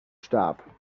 starb